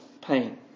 pain